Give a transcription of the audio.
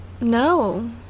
No